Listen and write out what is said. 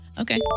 Okay